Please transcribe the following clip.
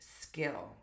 skill